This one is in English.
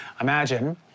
Imagine